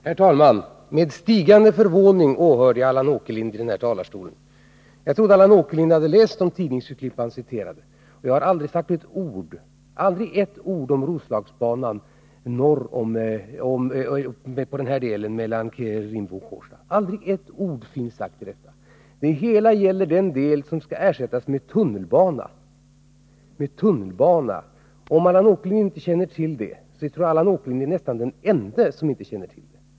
Herr talman! Med stigande förvåning åhörde jag Allan Åkerlinds anförande i den här talarstolen. Jag trodde att Allan Åkerlind hade läst de tidningsurklipp han citerade. Jag har aldrig sagt ett enda ord om Roslagsbanan mellan Rimbo och Kårsta — aldrig ett ord! — utan det hela gäller den del av banan som skall ersättas med tunnelbana. Om Allan Åkerlind inte känner till det tror jag att han är den ende som inte gör det.